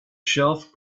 shelf